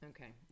Okay